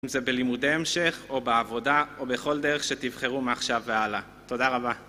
אם זה בלימודי המשך, או בעבודה, או בכל דרך שתבחרו מעכשיו ועלה. תודה רבה.